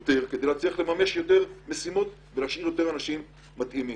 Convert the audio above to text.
יותר כדי להצליח לממש יותר משימות ולהשאיר יותר אנשים מתאימים.